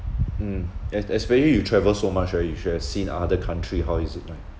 mm es~ especially you travel so much right you should have seen other country how is it like